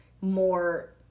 more